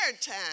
time